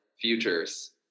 futures